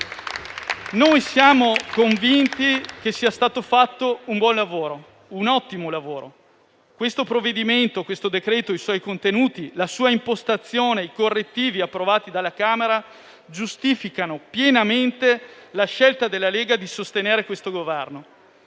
Noi siamo convinti che sia stato fatto un buon lavoro, un ottimo lavoro. Il decreto-legge in esame, i suoi contenuti, la sua impostazione, i correttivi approvati dalla Camera giustificano pienamente la scelta della Lega di sostenere questo Governo.